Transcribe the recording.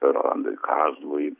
rolandui kazlui